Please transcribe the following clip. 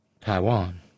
Taiwan